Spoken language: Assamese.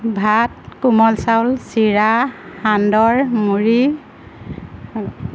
ভাত কোমল চাউল চিৰা সান্দহ মুড়ি